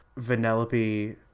Vanellope